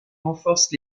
renforce